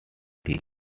tea